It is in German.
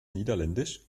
niederländisch